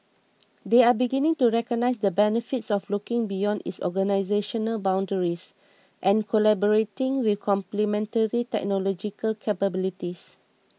they are beginning to recognise the benefits of looking beyond its organisational boundaries and collaborating with complementary technological capabilities